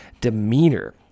demeanor